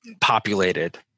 populated